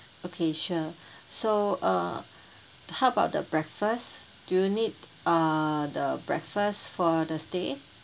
okay sure so uh how about the breakfast do you need uh the breakfast for the stay